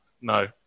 no